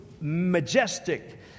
majestic